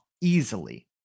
easily